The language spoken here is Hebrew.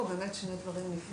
באמת יש פה שני דברים נפרדים.